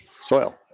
soil